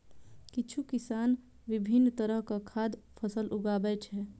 किछु किसान विभिन्न तरहक खाद्य फसल उगाबै छै